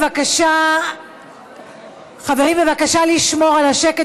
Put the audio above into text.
בבקשה לשמור על השקט,